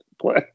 play